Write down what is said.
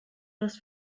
das